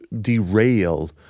derail